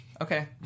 Okay